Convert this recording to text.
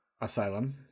Asylum